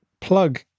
plug